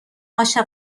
عاشق